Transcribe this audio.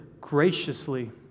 graciously